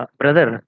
brother